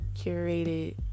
curated